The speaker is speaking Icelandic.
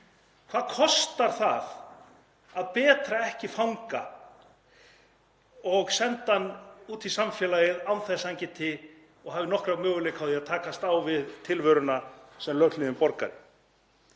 Hvað kostar það að betra ekki fanga og senda hann út í samfélagið án þess að hann hafi nokkra möguleika á því að takast á við tilveruna sem löghlýðinn borgari?